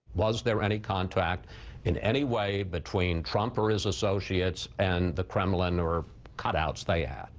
was there any contact in any way between trump or his associates and the kremlin or cutouts they had?